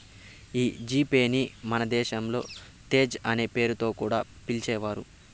ఈ G Pay ని మన దేశంలో తేజ్ అనే పేరుతో కూడా పిలిచేవారు